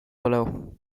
below